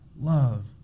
love